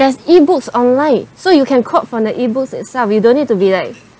there's e-books online so you can quote from the e-books itself you don't need to be like